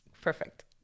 Perfect